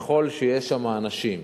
ככל שיש שם אנשים